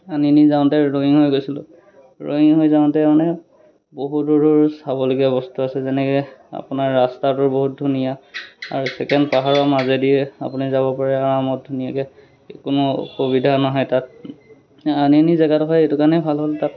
আনিনি যাওঁতে ৰয়িং হৈ গৈছিলোঁ ৰয়িং হৈ যাওঁতে মানে বহু দূৰ দূৰ চাবলগীয়া বস্তু আছে যেনেকৈ আপোনাৰ ৰাস্তাটোৰ বহুত ধুনীয়া আৰু ছেকেণ্ড পাহাৰৰ মাজেদি আপুনি যাব পাৰে আৰামত ধুনীয়াকৈ কোনো অসুবিধা নহয় তাত আনিনি জেগাডোখৰ এইটো কাৰণে ভাল হ'ল তাত